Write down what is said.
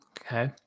Okay